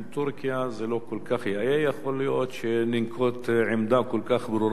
יכול להיות שזה לא כל כך יאה לנקוט עמדה כל כך ברורה בנושא הזה,